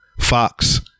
Fox